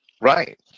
Right